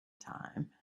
time